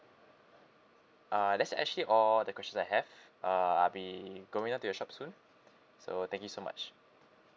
uh that's actually all the questions I have uh I'll be going down to your shop soon so thank you so much